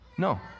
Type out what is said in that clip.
No